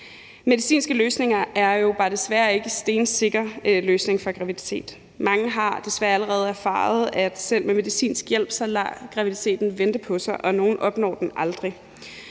Medicinske løsninger er jo bare desværre ikke en stensikker løsning på at opnå graviditet. Mange har desværre allerede erfaret, at selv med medicinsk hjælp lader graviditeten vente på sig, og nogle opnår den aldrig.